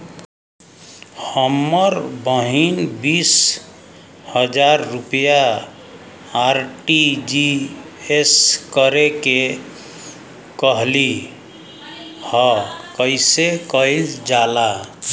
हमर बहिन बीस हजार रुपया आर.टी.जी.एस करे के कहली ह कईसे कईल जाला?